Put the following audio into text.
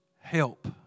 help